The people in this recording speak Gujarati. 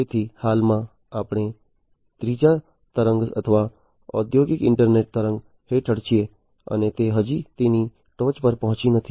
તેથી હાલમાં આપણે ત્રીજા તરંગ અથવા ઔદ્યોગિક ઇન્ટરનેટ તરંગ હેઠળ છીએ અને તે હજી તેની ટોચ પર પહોંચી નથી